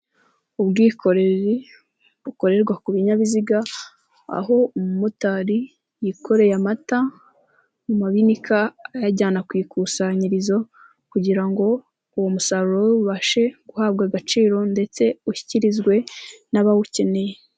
Ubwikorezi bukorerwa ku binyabiziga, aho umumotari yikoreye amata, mu mabinika ayajyana ku ikusanyirizo, kugira ngo uwo musaruro ubashe guhabwa agaciro, ndetse ushyikirizwe n'abawukeneye.